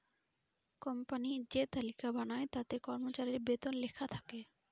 company যে তালিকা বানায় তাতে কর্মচারীর বেতন লেখা থাকে